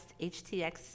HTX